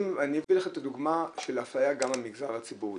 אני אביא לכם את הדוגמה של אפליה גם במגזר הציבורי,